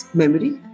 memory